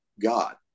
god